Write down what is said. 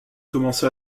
commença